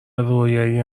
رویایی